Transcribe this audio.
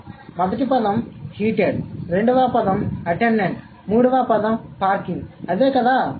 కాబట్టి మొదటి పదం హీటెడ్ రెండవ పదం అటెండెంట్ మూడవ పదం పార్కింగ్ అదే కదా